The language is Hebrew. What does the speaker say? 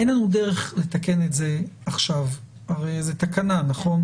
אין לנו דרך לתקן את זה עכשיו, הרי זה תקנה נכון?